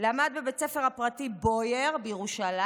למד בבית הספר הפרטי בויאר בירושלים,